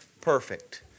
perfect